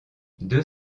deux